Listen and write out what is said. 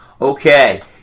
Okay